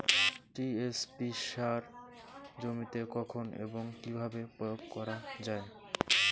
TSP সার জমিতে কখন এবং কিভাবে প্রয়োগ করা য়ায়?